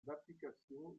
d’applications